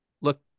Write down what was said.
look